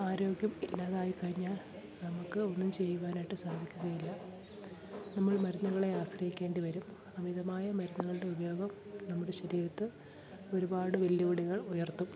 ആരോഗ്യം ഇല്ലാതായി കഴിഞ്ഞാൽ നമുക്ക് ഒന്നും ചെയ്യുവാനായിട്ട് സാധിക്കുകയില്ല നമ്മൾ മരുന്നുകളെ ആശ്രയിക്കേണ്ടി വരും അമിതമായ മരുന്നുകളുടെ ഉപയോഗം നമ്മുടെ ശരീരത്ത് ഒരുപാട് വെല്ലുവിളികൾ ഉയർത്തും